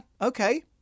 okay